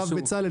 הרב בצלאל,